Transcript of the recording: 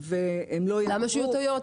למה שיהיו טעויות?